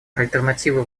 альтернативы